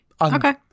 Okay